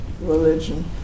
religion